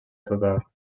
total